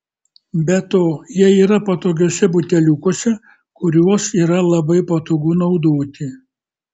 be to jie yra patogiuose buteliukuose kuriuos yra labai patogu naudoti